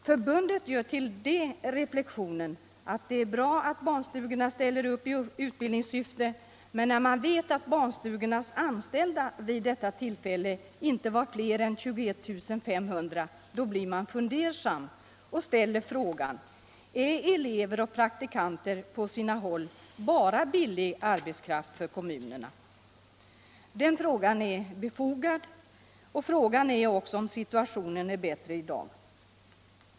Förbundet gör till detta reflexionen: det är bra att barnstugorna ställer upp i utbildningssyfte, men när man vet att barnstugornas anställda vid detta tillfälle inte var fler än 21 500, blir man fundersam och ställer frågan, om elever och praktikanter på sina håll bara är billig arbetskraft för kommunerna. Den frågan är befogad. Frågan är också, om situationen är bättre i dag.